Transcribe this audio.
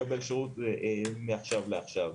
לקבל שרות מעכשיו לעכשיו.